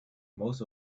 most